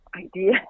idea